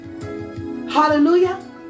Hallelujah